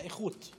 האיכות.